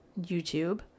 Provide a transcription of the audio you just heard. YouTube